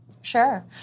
Sure